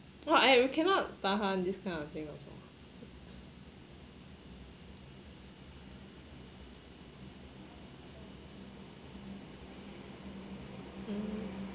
!wah! I cannot tahan this kind of thing also mm